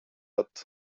attı